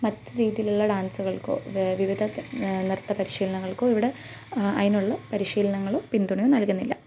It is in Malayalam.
മറ്റ് രീതിയിലുള്ള ഡാൻസുകൾക്കോ വിവിധ തരം നൃത്ത പരിശീലനങ്ങള്ക്കോ ഇവിടെ അതിനുള്ള പരിശീലനങ്ങളോ പിന്തുണയോ നൽകുന്നില്ല